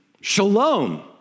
shalom